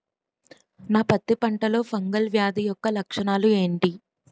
నా పత్తి పంటలో ఫంగల్ వ్యాధి యెక్క లక్షణాలు ఏంటి?